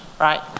right